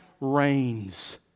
reigns